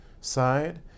side